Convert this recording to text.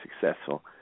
successful